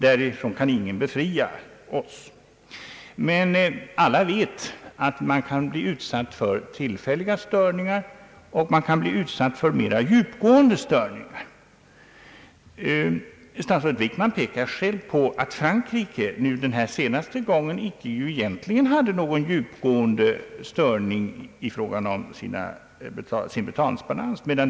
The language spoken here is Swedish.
Därifrån kan ingen befria oss. Men alla vet att man kan bli utsatt för tillfälliga störningar och för mera djupgående störningar. Statsrådet Wickman pekade själv på att Frankrike den här senaste gången egentligen inte hade någon djupgående störning i sin betalningsbalans.